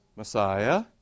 messiah